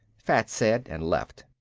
fats said and left.